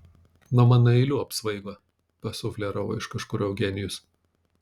nuo mano eilių apsvaigo pasufleravo iš kažkur eugenijus